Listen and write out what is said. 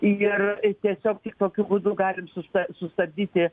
ir tiesiog tik tokiu būdu galim susta sustabdyti